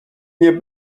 nie